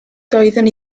doeddwn